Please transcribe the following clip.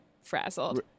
frazzled